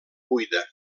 buida